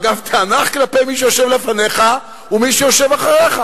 אגב, תיאנח כלפי מי שיושב לפניך ומי שיושב אחריך.